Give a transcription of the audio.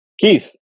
Keith